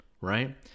right